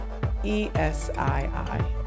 ESII